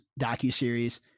docuseries